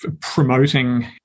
promoting